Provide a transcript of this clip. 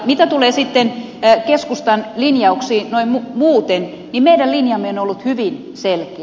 mitä tulee sitten keskustan linjauksiin noin muuten niin meidän linjamme on ollut hyvin selkeä